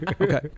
Okay